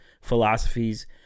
philosophies